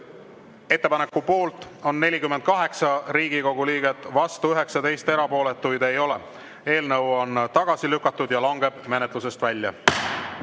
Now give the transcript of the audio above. Ettepaneku poolt on 48 Riigikogu liiget, vastuolijaid 19 ja erapooletuid ei ole. Eelnõu on tagasi lükatud ja langeb menetlusest